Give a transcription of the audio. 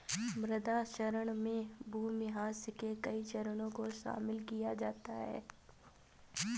मृदा क्षरण में भूमिह्रास के कई चरणों को शामिल किया जाता है